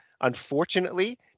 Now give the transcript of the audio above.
unfortunately –